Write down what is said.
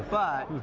but,